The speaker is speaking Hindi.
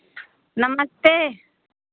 नमस्ते